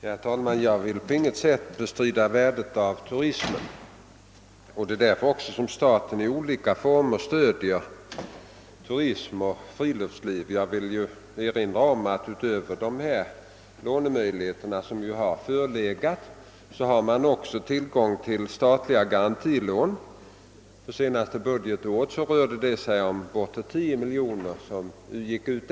Herr talman! Jag vill på inget sätt bestrida värdet av turismen. Staten stöder också turism och friluftsliv i olika former. Jag vill erinra om att utöver de lånemöjligheter som har förelegat i fråga om lokaliseringslån har man också tillgång till statliga garantilån. Det senaste budgetåret rörde det sig om upp emot 10 miljoner kronor.